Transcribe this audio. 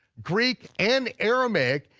greek, and aramaic,